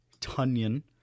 Tunyon